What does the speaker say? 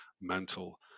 mental